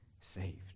saved